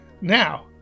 Now